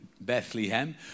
Bethlehem